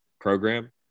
program